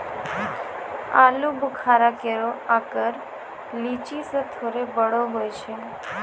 आलूबुखारा केरो आकर लीची सें थोरे बड़ो होय छै